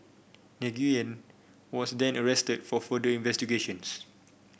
Nguyen was then arrested for further investigations